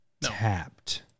Tapped